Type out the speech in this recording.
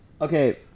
okay